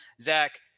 Zach